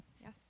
Yes